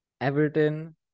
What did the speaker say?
Everton